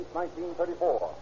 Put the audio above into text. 1934